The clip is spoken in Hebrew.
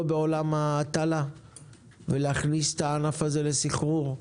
בעולם ההטלה ולהכניס את הענף הזה לסחרור.